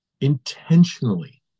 intentionally